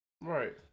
Right